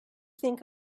think